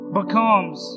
becomes